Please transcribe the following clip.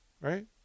right